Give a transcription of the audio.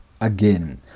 again